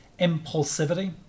Impulsivity